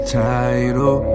title